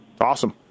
awesome